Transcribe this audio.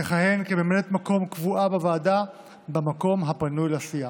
תכהן כממלאת מקום קבועה בוועדה במקום הפנוי לסיעה.